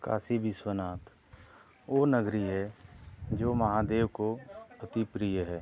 कासी विस्वनाथ वो नगरी है जो महादेव को अतिप्रिय है